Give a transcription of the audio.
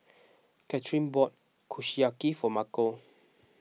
Kathyrn bought Kushiyaki for Marco